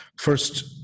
First